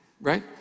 Right